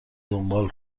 دنبال